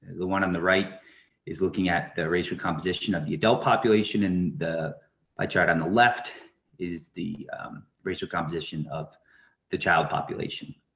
the one on the right is looking at the racial composition of the adult population and the pie chart on the left is the racial composition of the child population.